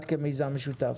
אחד כמיזם משותף.